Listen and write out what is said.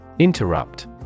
Interrupt